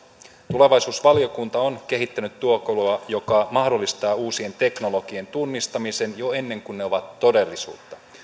tulevaisuusvaliokunta on kehittänyt työkalua joka mahdollistaa uusien teknologioiden tunnistamisen jo ennen kuin ne ovat todellisuutta